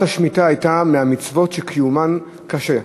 מצוות השמיטה הייתה מהמצוות שקיומן קשה.